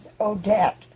odette